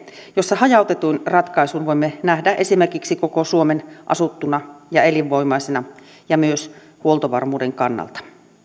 jossa hajautetuin ratkaisuin voimme nähdä esimerkiksi koko suomen asuttuna ja elinvoimaisena myös huoltovarmuuden kannalta